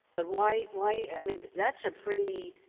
ah why why i mean, that's a pretty,